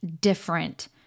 different